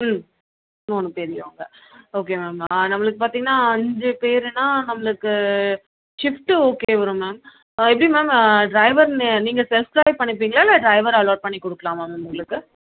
ம் மூணு பெரியவங்க ஓகே மேம் நம்மளுக்கு பார்த்தீங்கன்னா அஞ்சு பேருன்னா நம்மளுக்கு ஷிஃப்ட்டு ஓகே வரும் மேம் எப்படி மேம் ட்ரைவர் நீ நீங்கள் செல்ஃப் ட்ரைவ் பண்ணிப்பீங்களா இல்லை ட்ரைவர் அலாட் பண்ணி கொடுக்கலாமாங்க மேம் உங்களுக்கு